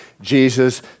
Jesus